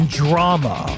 drama